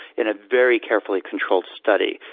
in a very carefully controlled study,